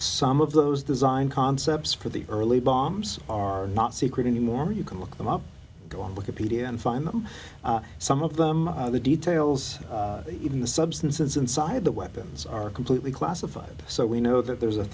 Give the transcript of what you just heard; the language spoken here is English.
some of those design concepts for the early bombs are not secret anymore you can look them up go on with a pedia and find them some of them the details even the substances inside the weapons are completely classified so we know that there's a